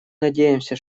надеемся